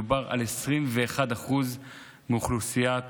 מדובר על 21% מאוכלוסיית